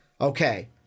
Okay